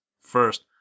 first